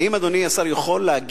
האם אדוני יכול להגיד,